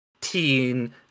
teen